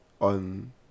on